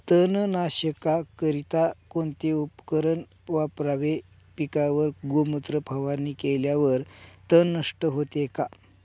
तणनाशकाकरिता कोणते उपकरण वापरावे? पिकावर गोमूत्र फवारणी केल्यावर तण नष्ट होते का?